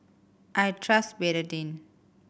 I trust Betadine